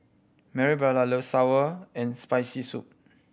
Marybelle loves sour and Spicy Soup